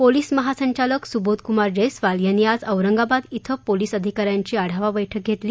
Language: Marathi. पोलिस महासंचालक सुबोधक्मार जयस्वाल यांनी आज औरंगाबाद इथं पोलीस अधिकाऱ्यांची आढावा बैठक घेतली